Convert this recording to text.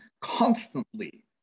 constantly